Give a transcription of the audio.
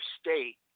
State